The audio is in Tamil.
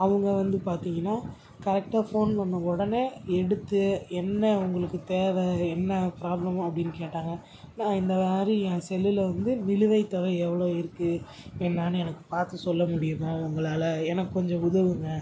அவங்க வந்து பார்த்தீங்கன்னா கரெக்டாக ஃபோன் பண்ண உடனே எடுத்து என்ன உங்களுக்குத் தேவை என்ன ப்ராப்ளம் அப்படின்னு கேட்டாங்க நான் இந்த மாதிரி என் செல்லில் வந்து நிலுவைத் தொகை எவ்வளோ இருக்குது என்னென்னு எனக்குப் பார்த்து சொல்ல முடியுமா உங்களால் எனக்குக் கொஞ்சம் உதவுங்கள்